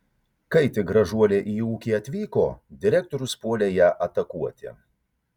kai tik gražuolė į ūkį atvyko direktorius puolė ją atakuoti